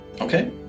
Okay